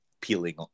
peeling